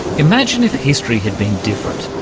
imagine if history had been different.